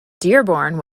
dearborn